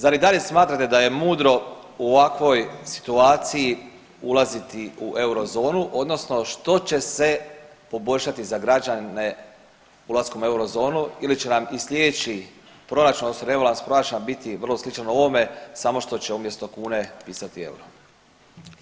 Zar i dalje smatrate da je mudro u ovakvoj situaciji ulaziti u eurozonu, odnosno što će se poboljšati za građane u eurozonu ili će nam i sljedeći proračun, odnosno rebalans proračuna biti vrlo sličan ovome samo što će umjesto kune pisati euro.